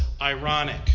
ironic